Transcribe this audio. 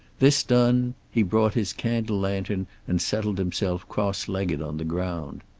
this done, he brought his candle-lantern and settled himself cross-legged on the ground.